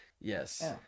Yes